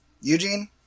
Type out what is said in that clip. Eugene